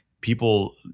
people